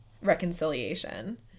reconciliation